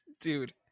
Dude